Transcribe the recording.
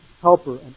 helper